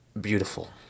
beautiful